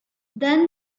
then